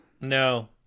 No